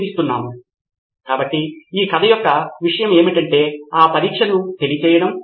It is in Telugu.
నోట్స్ తీసుకోవడం మరియు నేర్చుకోవడం పరంగా నేను తరగతిలో ఉత్తమ విద్యార్థిని అని ఊహించుకోండి